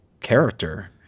character